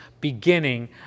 beginning